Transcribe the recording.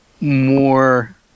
more